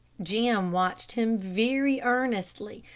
jim watched him very earnestly,